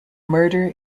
murder